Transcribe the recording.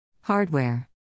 Hardware